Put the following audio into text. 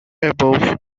above